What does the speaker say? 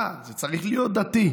מה, אתה צריך להיות דתי.